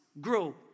grow